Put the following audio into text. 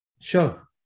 Sure